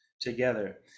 together